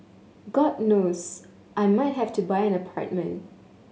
god knows I might have to buy an apartment